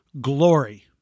glory